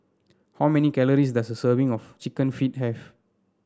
how many calories does a serving of chicken feet have